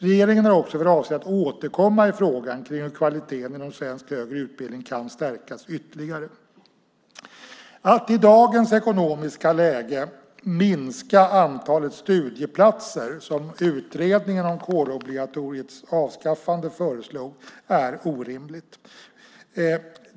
Regeringen har också för avsikt att återkomma i frågan om hur kvaliteten inom svensk högre utbildning kan stärkas ytterligare. Att i dagens ekonomiska läge minska antalet studieplatser, som utredningen om kårobligatoriets avskaffande föreslog, är orimligt.